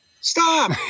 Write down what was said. Stop